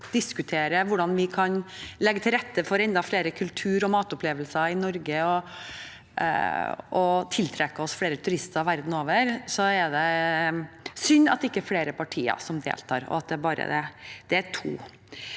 hvordan vi kan legge til rette for enda flere kultur- og matopplevelser i Norge, og hvordan vi kan tiltrekke oss flere turister verden over, er det litt synd at ikke flere partier deltar – at det bare er to.